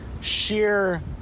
sheer